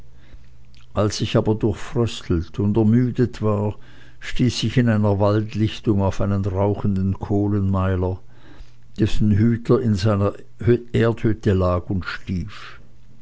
als ich aber durchfröstelt und ermüdet war stieß ich in einer waldlichtung auf einen rauchenden kohlenmeiler dessen hüter in seiner erdhütte lag und schlief